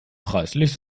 preislich